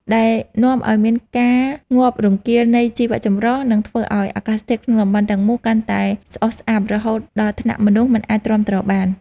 ដែលនាំឱ្យមានការងាប់រង្គាលនៃជីវៈចម្រុះ និងធ្វើឱ្យអាកាសធាតុក្នុងតំបន់ទាំងមូលកាន់តែស្អុះស្អាប់ រហូតដល់ថ្នាក់មនុស្សមិនអាចទ្រាំទ្របាន។